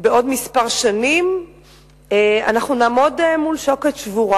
בעוד כמה שנים אנחנו נעמוד מול שוקת שבורה,